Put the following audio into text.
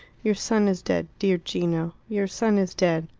your son is dead, dear gino. your son is dead.